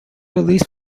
release